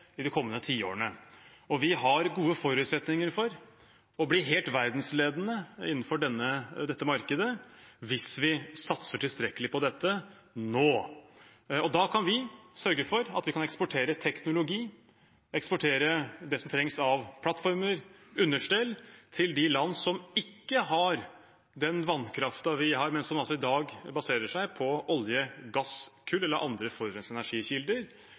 i de kommende tiårene. Vi har gode forutsetninger for å bli helt verdensledende innenfor dette markedet hvis vi satser tilstrekkelig på det nå. Da kan vi sørge for at vi kan eksportere teknologi, eksportere det som trengs av plattformer, understell, til de land som ikke har den vannkraften vi har, men som i dag baserer seg på olje, gass, kull eller andre forurensende energikilder